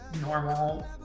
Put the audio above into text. normal